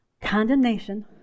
Condemnation